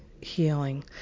healing